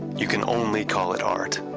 you can only call it art.